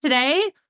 Today